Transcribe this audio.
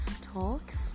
Talks